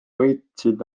võtsid